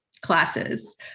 classes